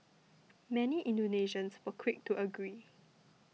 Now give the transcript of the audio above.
many Indonesians were quick to agree